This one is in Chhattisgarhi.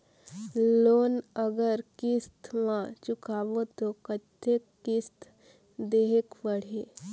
लोन अगर किस्त म चुकाबो तो कतेक किस्त देहेक पढ़ही?